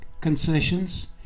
concessions